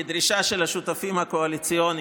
כדרישה של השותפים הקואליציוניים,